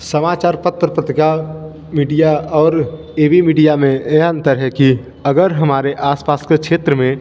समाचार पत्र पत्रिका मीडिया और ए वी मीडिया में यह अंतर है कि अगर हमारे आस पास के क्षेत्र में